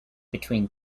between